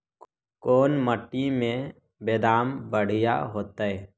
कोन मट्टी में बेदाम बढ़िया होतै?